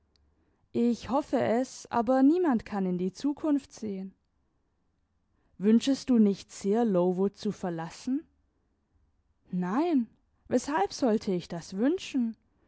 ich hoffe es aber niemand kann in die zukunft sehen wünschest du nicht sehr lowood zu verlassen nein weshalb sollte ich das wünschen